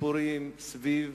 סיפורים סביב